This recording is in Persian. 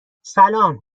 سلام